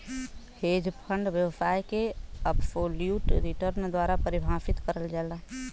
hedge fund व्यवसाय के absolute return द्वारा परिभाषित करल जाला